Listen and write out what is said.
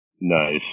Nice